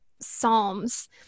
Psalms